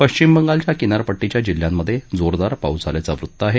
पश्चिम बंगालच्या किनारपट्टीच्या जिल्ह्यांमधे जोरदार पाऊस झाल्याचं वृत्त आहे